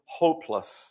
hopeless